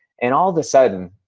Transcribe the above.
and all of a sudden,